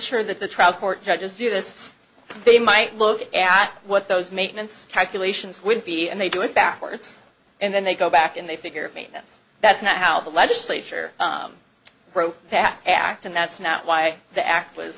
sure that the trial court judges do this they might look at what those maintenance calculations will be and they do it backwards and then they go back and they figure maybe that's not how the legislature wrote that act and that's not why the act was